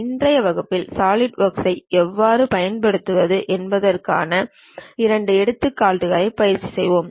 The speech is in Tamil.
இன்றைய வகுப்பில் சாலிட்வொர்க்கை எவ்வாறு பயன்படுத்துவது என்பதற்கான இரண்டு எடுத்துக்காட்டுகளைப் பயிற்சி செய்வோம்